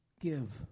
Give